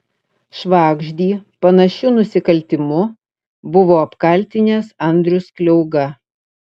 švagždį panašiu nusikaltimu buvo apkaltinęs andrius kliauga